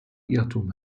irrtum